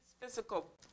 physical